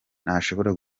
ntashobora